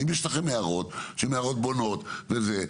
אם יש לכם הערות שהן הערות בונות וזה,